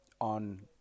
on